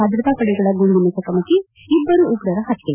ಭದ್ರತಾ ಪಡೆಗಳ ಗುಂಡಿನ ಚಕಮಕಿ ಇಬ್ಬರು ಉಗ್ರರ ಹತ್ಯೆ